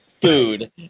food